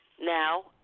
now